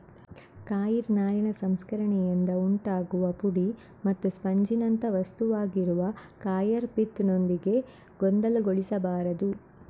coir ನಾರಿನ ಸಂಸ್ಕರಣೆಯಿಂದ ಉಂಟಾಗುವ ಪುಡಿ ಮತ್ತು ಸ್ಪಂಜಿನಂಥ ವಸ್ತುವಾಗಿರುವ ಕಾಯರ್ ಪಿತ್ ನೊಂದಿಗೆ ಗೊಂದಲಗೊಳಿಸಬಾರದು